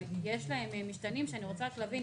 אבל יש להם משתנים שאני רוצה להבין,